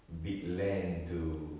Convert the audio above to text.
big land to